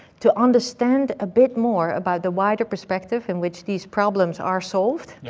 to understand a bit more about the wider perspective in which these problems are solved,